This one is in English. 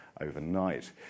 overnight